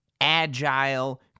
agile